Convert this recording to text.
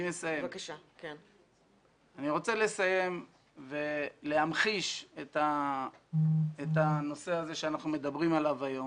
אני רוצה להמחיש את הנושא הזה שאנחנו מדברים עליו היום.